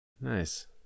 Nice